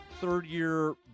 third-year